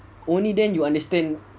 only then you understand